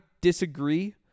disagree